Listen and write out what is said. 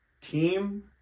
team